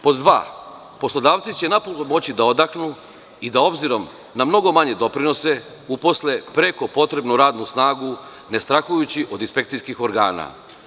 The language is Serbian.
Pod dva – poslodavci će napokon moći da odahnu i da obzirom na mnogo manje doprinose uposle preko potrebnu radnu snagu ne strahujući od inspekcijskih organa.